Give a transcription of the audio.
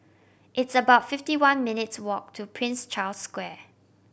it's about fifty one minutes' walk to Prince Charles Square